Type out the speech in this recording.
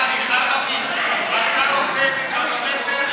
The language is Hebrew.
חמש דקות לרשותך.